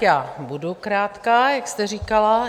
Já budu krátká, jak jste říkala.